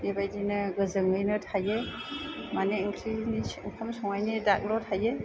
बेबायदिनो गोजोङैनो थायो माने ओंख्रिनि ओंखाम संनायनि दागल' थायो